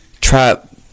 trap